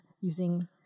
using